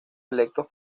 electos